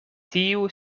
tiu